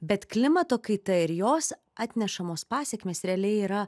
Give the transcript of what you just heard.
bet klimato kaita ir jos atnešamos pasekmės realiai yra